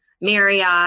Marriott